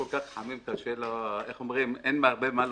אין הרבה מה להוסיף,